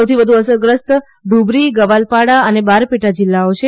સૌથી વધુ અસરગ્રસ્ત ઢુબરી ગવાલપાડા અને બારપેટા જીલ્લાઓ છે